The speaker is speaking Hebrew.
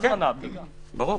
ברור.